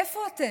איפה אתן?